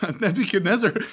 Nebuchadnezzar